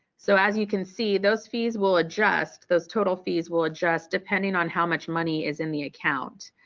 so as you can see those fees will adjust, those total fees will adjust, depending on how much money is in the account.